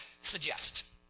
suggest